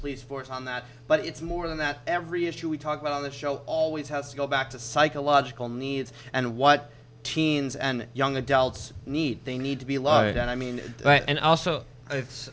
police force on that but it's more than that every issue we talk about on the show always has to go back to psychological needs and what teens and young adults need they need to be a lot and i mean but and also it's